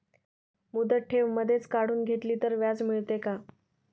मुदत ठेव मधेच काढून घेतली तर व्याज मिळते का?